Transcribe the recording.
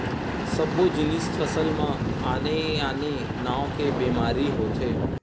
सब्बो जिनिस फसल म आने आने नाव के बेमारी होथे